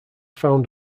found